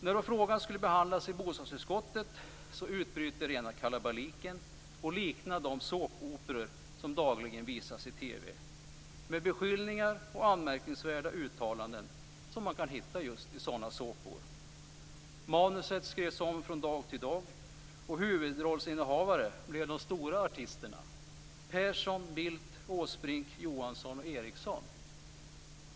När frågan skulle behandlas i bostadsutskottet utbröt rena kalabaliken. Det liknade de såpoperor som dagligen visas i TV. Det var beskyllningar och anmärkningsvärda uttalanden som man kan hitta just i sådana såpor. Manuset skrevs om från dag till dag, och de stora artisterna blev huvudrollsinnehavare: Persson, Bildt, Åsbrink, Johansson och Eriksson.